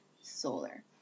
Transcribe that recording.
solar